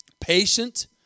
patient